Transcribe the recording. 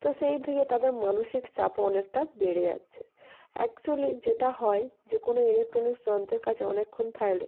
তো সেই থেকে তাদের মানসিক চাপও অনেকটা বেড়ে যাচ্ছে অ্যাকচুয়েলি যেটা হয় যে কোনো ইলেকট্রনিক্স যন্ত্রের কাছে অনেকক্ষণ থাকলে